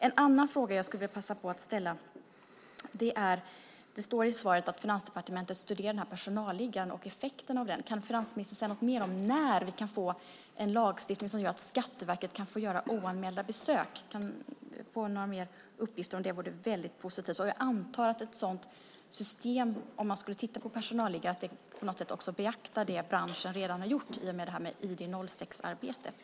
En annan fråga jag skulle vilja passa på att ställa utgår från det som står i svaret, att Finansdepartementet studerar den här personalliggaren och effekten av den. Kan finansministern säga något mer om när vi kan få en lagstiftning som gör att Skatteverket kan få göra oanmälda besök? Om jag kunde få några mer uppgifter om det vore det väldigt positivt. Jag antar att ett system där man skulle titta närmare på personalliggaren på något sätt också beaktar det branschen redan har gjort i och med ID 06-arbetet.